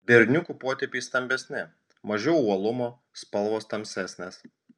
berniukų potėpiai stambesni mažiau uolumo spalvos tamsesnės